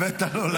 הבאת לו להנחתה.